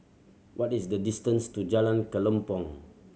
what is the distance to Jalan Kelempong